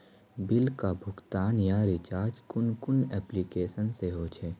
Bill का भुगतान या रिचार्ज कुन कुन एप्लिकेशन से होचे?